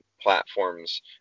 platforms